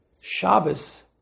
Shabbos